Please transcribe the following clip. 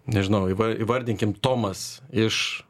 nežinau įva įvardinkim tomas iš